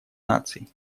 наций